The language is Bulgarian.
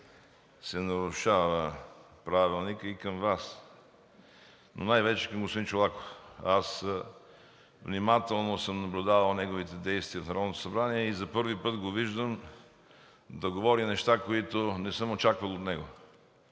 се нарушава Правилникът, и към Вас, но най-вече към господин Чолаков. Аз внимателно съм наблюдавал неговите действия в Народното събрание и за първи път го виждам да говори неща, които не съм очаквал от него.